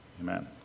amen